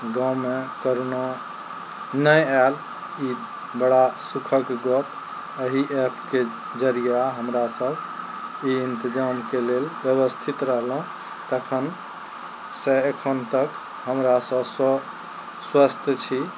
गाँवमे करोना नहि आयल ई बड़ा सुखक गप अहि ऐपके जरिआ हमरा सब ई इन्तजामके लेल व्यवस्थित रहलहुँ तखन से एखन तक हमरा सब स्व स्वस्थ छी